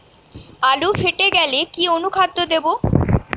আলু ফেটে গেলে কি অনুখাদ্য দেবো?